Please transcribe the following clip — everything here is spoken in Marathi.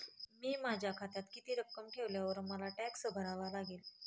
मी माझ्या खात्यात किती रक्कम ठेवल्यावर मला टॅक्स भरावा लागेल?